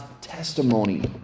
testimony